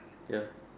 ya